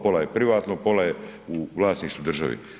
Pola je privatno, pola je u vlasništvu države.